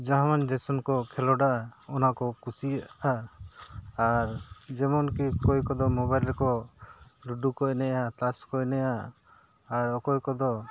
ᱡᱟᱦᱟᱸ ᱢᱟᱱ ᱡᱮᱥᱚᱱ ᱠᱚ ᱠᱷᱮᱞᱳᱰᱟ ᱚᱱᱟ ᱠᱚ ᱠᱩᱥᱤᱭᱟᱜᱼᱟ ᱟᱨ ᱡᱮᱢᱚᱱ ᱠᱤ ᱚᱠᱚᱭ ᱠᱚᱫᱚ ᱢᱚᱵᱟᱭᱤᱞ ᱨᱮᱠᱚ ᱞᱩᱰᱩ ᱠᱚ ᱮᱱᱮᱡᱼᱟ ᱛᱟᱥ ᱠᱚ ᱮᱱᱮᱡᱼᱟ ᱟᱨ ᱚᱠᱚᱭ ᱠᱚᱫᱚ